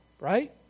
Right